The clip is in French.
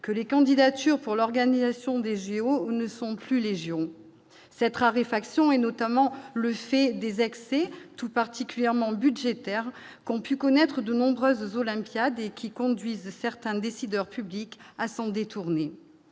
que les candidatures pour l'organisation des JO ne sont plus légion cette raréfaction et notamment le fait des excès tout particulièrement budgétaire qu'on pu connaître de nombreuses olympiades qui conduisent certains décideurs publics à s'en détourner,